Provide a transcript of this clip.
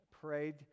prayed